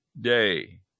day